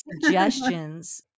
suggestions